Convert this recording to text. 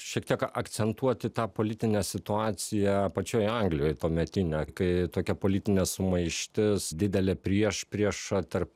šiek tiek akcentuoti tą politinę situaciją pačioj anglijoj tuometinę kai tokia politinė sumaištis didelė priešprieša tarp